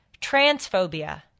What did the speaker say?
transphobia